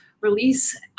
release